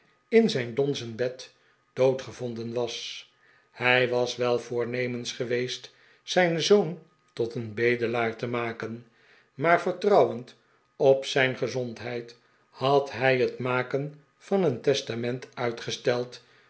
in zijn donzen bed doodgevonden was hij was wel voornemens geweest zijn zoon tot een bedelaar te maken maar vertrouwend op zijn gezondheid had hij het maken van een testament uitgesteld